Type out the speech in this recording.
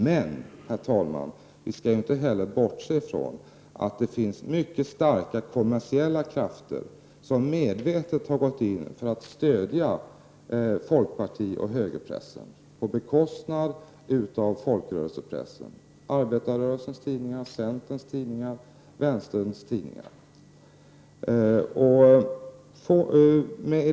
Men, herr talman, vi skall inte heller bortse från att det finns mycket starka kommersiella krafter som medvetet har gått in för att stödja folkpartioch högerpressen på bekostnad av folkrörelsepressen — arbetarrörelsens tidningar, centerns tidningar och vänsterns tidningar.